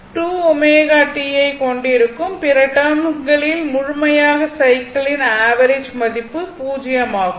2 ω t ஐக் கொண்டிருக்கும் பிற டேர்ம்ஸ்களின் முழுமையான சைக்கிளின் ஆவரேஜ் மதிப்பு பூஜ்ஜியமாகும்